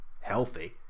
healthy